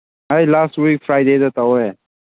ꯑꯩ last week ꯐ꯭ꯔꯥꯏꯗꯦꯗ ꯇꯧꯋꯦ